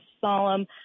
solemn